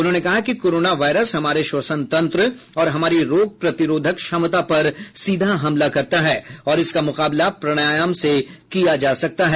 उन्होंने कहा कि कोरोना वायरस हमारे श्वसन तंत्र और हमारी रोग प्रतिरोधक क्षमता पर सीधा हमला करता है और इसका मुकाबला प्राणायाम से किया जा सकता है